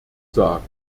sagen